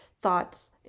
thoughts